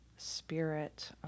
Spirit